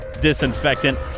disinfectant